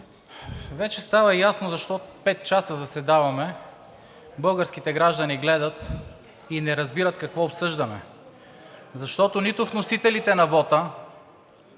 Вече става ясно защо пет часа заседаваме. Българските граждани гледат и не разбират какво обсъждаме, защото нито вносителите на вота